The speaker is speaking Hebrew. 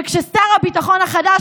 וכששר הביטחון החדש,